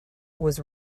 was